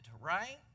right